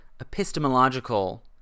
epistemological